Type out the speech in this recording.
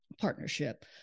Partnership